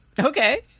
okay